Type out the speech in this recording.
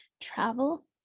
travel